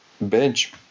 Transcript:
bench